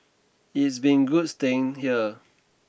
it's been good staying here